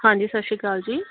ਹਾਂਜੀ ਸਤਿ ਸ਼੍ਰੀ ਅਕਾਲ ਜੀ